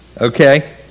okay